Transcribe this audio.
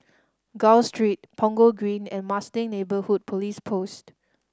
Gul Street Punggol Green and Marsiling Neighbourhood Police Post